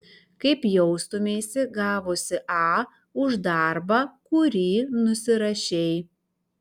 kaip jaustumeisi gavusi a už darbą kurį nusirašei